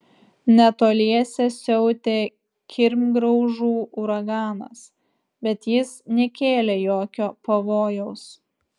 netoliese siautė kirmgraužų uraganas bet jis nekėlė jokio pavojaus